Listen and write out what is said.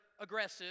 aggressive